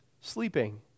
sleeping